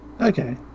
Okay